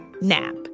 NAP